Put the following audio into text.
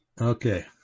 okay